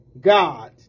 God